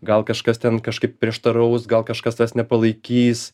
gal kažkas ten kažkaip prieštaraus gal kažkas tavęs nepalaikys